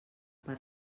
per